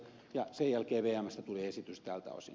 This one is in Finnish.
sen jälkeen vmstä tuli esitys tältä osin